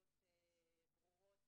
תשובות ברורות